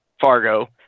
fargo